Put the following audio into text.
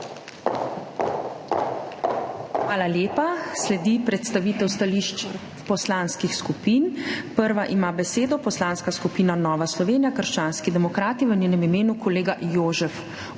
Hvala lepa. Sledi predstavitev stališč poslanskih skupin. Prva ima besedo Poslanska skupina Nova Slovenija – krščanski demokrati, v njenem imenu kolega Jožef